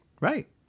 Right